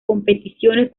competiciones